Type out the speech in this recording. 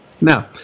Now